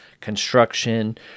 construction